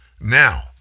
Now